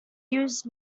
used